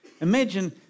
Imagine